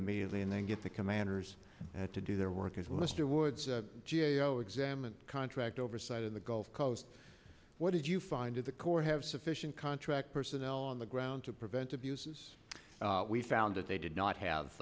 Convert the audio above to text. immediately and then get the commanders to do their work as lister woods g a o examined contract oversight in the gulf coast what did you find in the corps have sufficient contract personnel on the ground to prevent abuses we found that they did not have